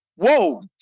Whoa